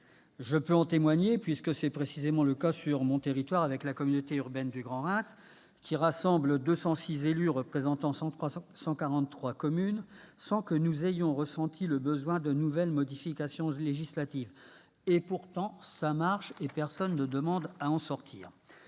Je peux en témoigner, puisque c'est précisément le cas sur mon territoire, avec la communauté urbaine du Grand Reims, qui rassemble 206 élus, représentant 143 communes, sans que nous ayons ressenti le besoin de nouvelles modifications législatives. L'expérience fonctionne, et personne ne demande à en sortir.